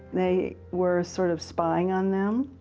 they were sort of spying on them,